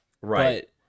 Right